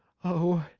oh,